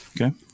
Okay